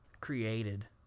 created